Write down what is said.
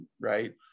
right